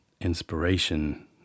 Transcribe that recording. inspiration